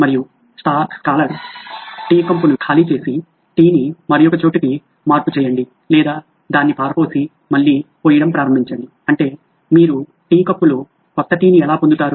మరియు scholar tea కప్పును ఖాళీ చేసి టీని మరియొక చోటికి మార్పు చేయండి లేదా దాన్ని పారపోసి మళ్ళీ పోయడం ప్రారంభించండి అంటే మీరు టీ కప్పులో కొత్త టీని ఎలా పొందుతారు